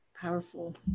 Powerful